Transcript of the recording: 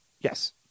Yes